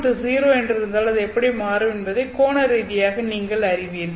M0 என்று இருந்தால் அது எப்படி மாறும் என்பதை கோண ரீதியாக நீங்கள் அறிவீர்கள்